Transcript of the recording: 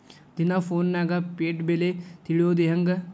ದಿನಾ ಫೋನ್ಯಾಗ್ ಪೇಟೆ ಬೆಲೆ ತಿಳಿಯೋದ್ ಹೆಂಗ್?